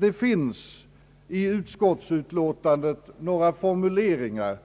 Det finns i utskottsutlåtandet några formuleringar